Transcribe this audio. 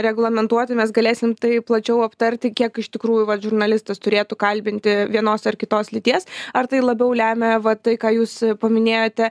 reglamentuoti mes galėsim tai plačiau aptarti kiek iš tikrųjų vat žurnalistas turėtų kalbinti vienos ar kitos lyties ar tai labiau lemia va tai ką jūs paminėjote